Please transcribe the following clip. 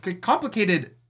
Complicated